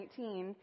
2019